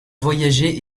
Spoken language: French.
voyager